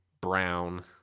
brown